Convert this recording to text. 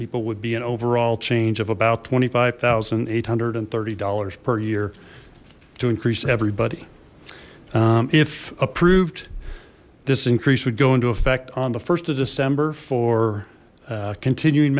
people would be an overall change of about twenty five thousand eight hundred and thirty dollars per year to increase everybody if approved this increase would go into effect on the st of december for continuing